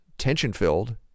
tension-filled